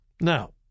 Now